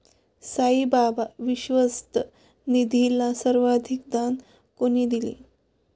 साईबाबा विश्वस्त निधीला सर्वाधिक दान कोणी दिले?